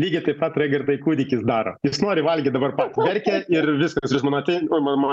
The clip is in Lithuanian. lygiai taip pat raigardai kūdikis daro jis nori valgyt dabar pat verkia ir viskas mama